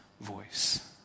voice